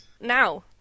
Now